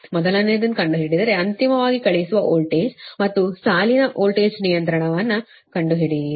ಮೊದಲನೆಯದನ್ನು ಕಂಡುಹಿಡಿದರೆ ಅಂತಿಮವಾಗಿ ಕಳುಹಿಸುವ ವೋಲ್ಟೇಜ್ ಮತ್ತು ಸಾಲಿನ ವೋಲ್ಟೇಜ್ ನಿಯಂತ್ರಣವನ್ನು ಕಂಡುಹಿಡಿಯಿರಿ